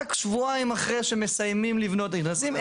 רק שבועיים אחרי שמסיימים לבנות נכנסים.